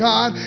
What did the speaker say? God